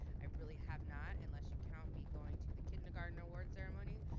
i really have not unless you count me going to the kindergarten award ceremony,